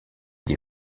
des